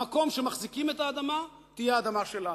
במקום שמחזיקים את האדמה, תהיה אדמה שלנו.